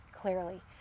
clearly